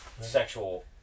Sexual